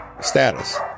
status